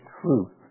truth